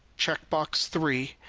check box three,